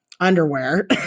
underwear